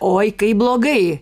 oi kaip blogai